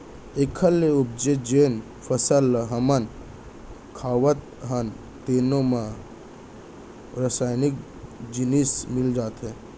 एखर ले उपजे जेन फसल ल हमन खावत हन तेनो म रसइनिक जिनिस मिल जाथे